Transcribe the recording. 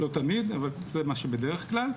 לא תמיד, אבל זה מה שבדרך כלל.